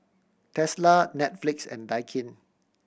Tesla Netflix and Daikin